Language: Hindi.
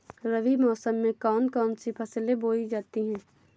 रबी मौसम में कौन कौन सी फसलें बोई जाती हैं?